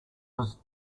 was